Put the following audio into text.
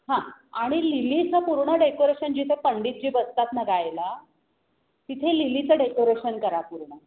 हां आणि लिलीचं पूर्ण डेकोरेशन जिथं पंडितजी बसतात ना गायला तिथे लिलीचं डेकोरेशन करा पूर्ण